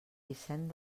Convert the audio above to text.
vicent